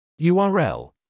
URL